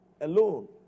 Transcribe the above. alone